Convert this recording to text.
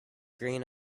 green